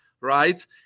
right